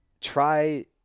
try